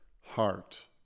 heart